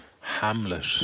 hamlet